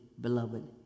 beloved